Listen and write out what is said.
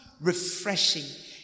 refreshing